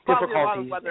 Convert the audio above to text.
difficulties